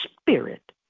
spirit